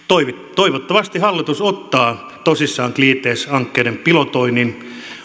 toivottavasti hallitus ottaa tosissaan cleantech hankkeiden pilotoinnin